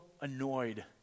annoyed